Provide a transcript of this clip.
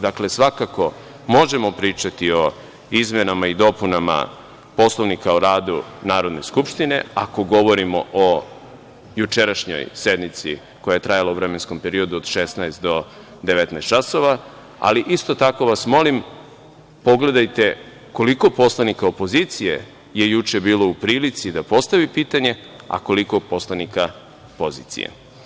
Dakle, svakako možemo pričati o izmenama i dopunama Poslovnika o radu Narodne skupštine, ako govorimo o jučerašnjoj sednici koja je trajala u vremenskom periodu od 16.00 do 19.00 časova, ali isto tako vas molim, pogledajte koliko poslanika opozicije je juče bilo u prilici da postavi pitanje, a koliko poslanika pozicije.